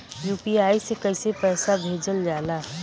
UPI से कइसे पैसा भेजल जाला?